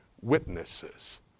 witnesses